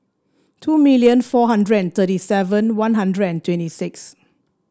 two million four hundred and thirty seven One Hundred and twenty six